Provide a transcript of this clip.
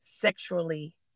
sexually